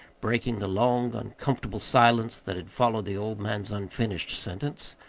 breaking the long, uncomfortable silence that had followed the old man's unfinished sentence.